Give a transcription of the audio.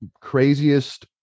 craziest